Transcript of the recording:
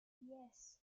yes